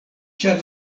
ĉar